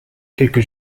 quelques